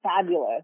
Fabulous